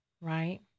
right